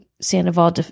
Sandoval